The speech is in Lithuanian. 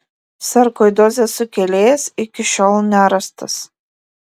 sarkoidozės sukėlėjas iki šiol nerastas